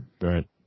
Right